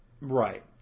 Right